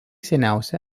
seniausia